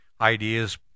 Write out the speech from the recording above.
ideas